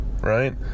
Right